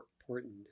important